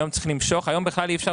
היום בכלל אי אפשר,